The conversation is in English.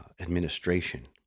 administration